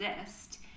exist